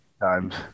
times